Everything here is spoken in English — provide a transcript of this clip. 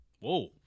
Whoa